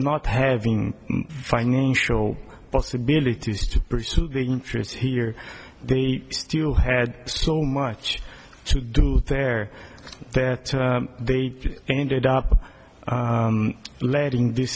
not having financial possibilities to pursue their interests here they still had so much to do there that they ended up letting th